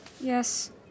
Yes